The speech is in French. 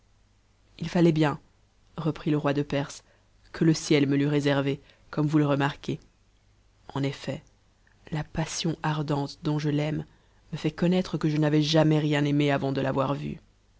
ii fallait bien reprit le roi de perse que le ciel me l'eût réservée comme vous le remarquez en effet la passion ardente dont je l'aime me fait connaître que je n'avais jamais rien aimé avant de l'avoir vue